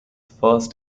first